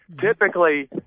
Typically